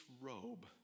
robe